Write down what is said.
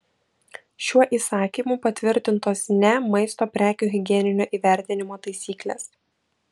šiuo įsakymu patvirtintos ne maisto prekių higieninio įvertinimo taisyklės